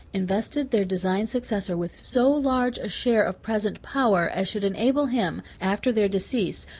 invested their designed successor with so large a share of present power, as should enable him, after their decease,